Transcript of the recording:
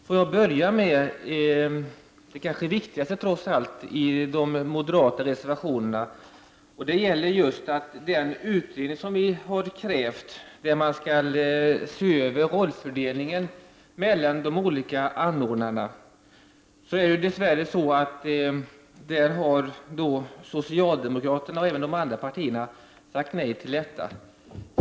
Herr talman! Det viktigaste i de moderata reservationerna är kanske trots allt att vi har krävt att en utredning skall se över rollfördelningen mellan olika utbildningsanordnare. Dess värre har socialdemokraterna och även andra partier sagt nej här.